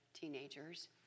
teenagers